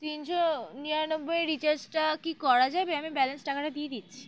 তিনশো নিরানব্বই রিচার্জটা কী করা যাবে আমি ব্যালেন্স টাকাটা দিয়ে দিচ্ছি